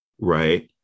right